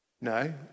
no